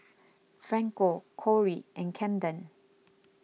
Franco Kori and Camden